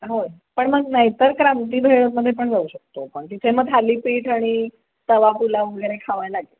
हो पण मग नाहीतर क्रांतीभेळमध्ये पण जाऊ शकतो आपण तिथे मग थालीपीठ आणि तवा पुलाव वगैरे खावा लागेल